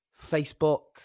Facebook